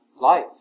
life